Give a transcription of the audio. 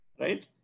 right